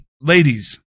ladies